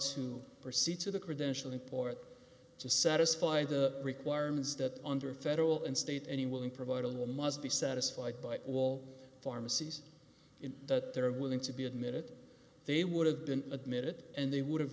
to proceed to the credential import to satisfy the requirements that under federal and state any will in providing them must be satisfied by all pharmacies in that they're willing to be admitted they would have been admitted and they would have